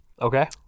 Okay